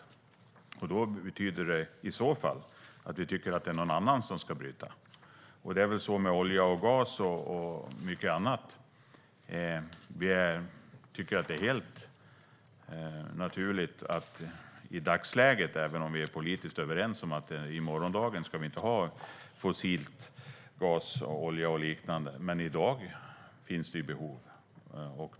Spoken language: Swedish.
Då betyder det i så fall att man tycker att det är någon annan som ska bryta. Det är väl så med olja, gas och mycket annat. Även om vi är politiskt överens om att morgondagen inte ska innebära användning av fossil gas, olja och liknande finns det behov i dag.